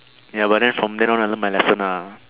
ya but then from then on I learn my lesson lah